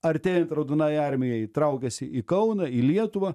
artėjant raudonajai armijai traukėsi į kauną į lietuvą